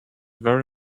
very